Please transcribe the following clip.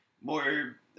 more